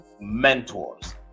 mentors